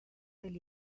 del